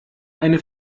eine